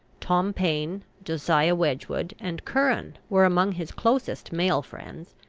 tom paine, josiah wedgwood, and curran were among his closest male friends,